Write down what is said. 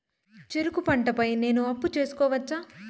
చెరుకు పంట పై నేను అప్పు తీసుకోవచ్చా?